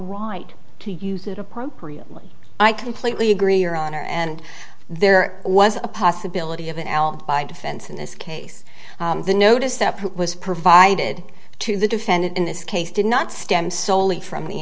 right to use it appropriately i completely agree your honor and there was a possibility of an alibi defense in this case the notice that was provided to the defendant in this case did not stem solely from the